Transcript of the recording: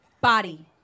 body